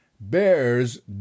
bears